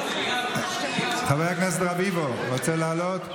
חבר הכנסת רביבו, רוצה לעלות?